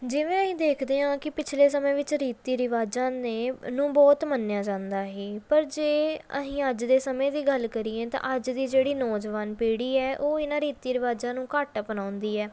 ਜਿਵੇਂ ਅਸੀਂ ਦੇਖਦੇ ਹਾਂ ਕਿ ਪਿਛਲੇ ਸਮੇਂ ਵਿੱਚ ਰੀਤੀ ਰਿਵਾਜਾਂ ਨੇ ਨੂੰ ਬਹੁਤ ਮੰਨਿਆ ਜਾਂਦਾ ਸੀ ਪਰ ਜੇ ਅਸੀਂ ਅੱਜ ਦੇ ਸਮੇਂ ਦੀ ਗੱਲ ਕਰੀਏ ਤਾਂ ਅੱਜ ਦੀ ਜਿਹੜੀ ਨੌਜਵਾਨ ਪੀੜ੍ਹੀ ਹੈ ਉਹ ਇਹਨਾਂ ਰੀਤੀ ਰਿਵਾਜਾਂ ਨੂੰ ਘੱਟ ਅਪਣਾਉਂਦੀ ਹੈ